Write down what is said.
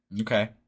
Okay